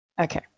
Okay